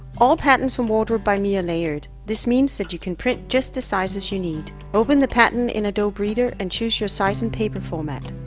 all patterns from wardrobe by me are layered. this means that you can print just the sizes you need. open the pattern in adobe reader and choose your size and paper format.